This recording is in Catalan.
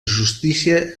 justícia